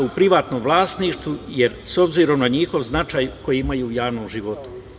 U privatnom vlasništvu, jer obzirom na njihov značaj koji imaju u javnom životu.